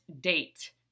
date